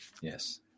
Yes